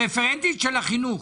הרפרנט של החינוך,